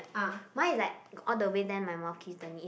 mine is like all the way then my mouth kiss the knees